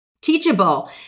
Teachable